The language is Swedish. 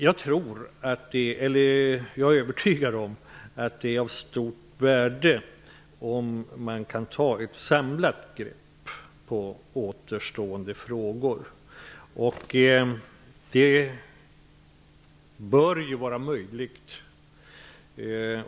Jag är övertygad om att det är av stort värde om man kan ta ett samlat grepp på återstående frågor.